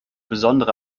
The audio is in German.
besondere